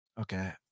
Okay